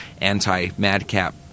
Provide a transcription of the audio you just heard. anti-Madcap